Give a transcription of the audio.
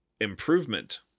improvement